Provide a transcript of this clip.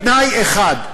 בתנאי אחד,